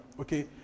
okay